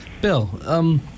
Bill